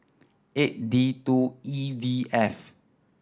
eight D two E V F